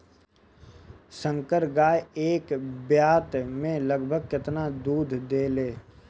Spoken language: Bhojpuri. संकर गाय एक ब्यात में लगभग केतना दूध देले?